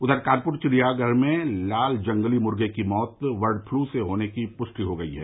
उधर कानपुर चिड़ियाधर में लाल जंगली मुर्गो की मौत बर्डफलू से होने की पुष्टि हो गई है